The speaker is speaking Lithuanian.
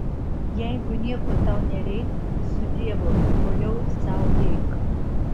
jeigu nieko tau nereik su dievu toliau sau eik